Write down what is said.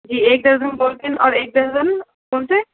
جی ایک درجن ball pen ایک درجن کون سے